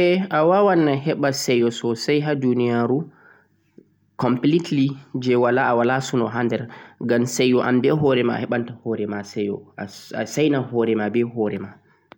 Seyo wawan heɓe ha duniyaru gabaɗaya je wala suno ha nder ngam anɓe horema a heɓanta horema seyo